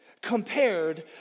compared